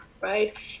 right